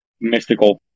Mystical